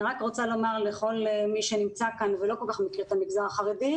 אני רק רוצה לומר לכל מי שנמצא כאן ולא כל כך מכיר את המגזר החרדי,